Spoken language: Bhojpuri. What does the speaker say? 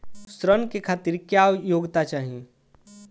ऋण के खातिर क्या योग्यता चाहीं?